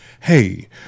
Hey